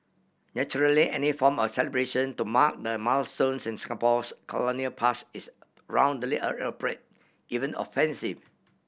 naturally any form of celebration to mark the milestones in Singapore's colonial past is roundly even offensive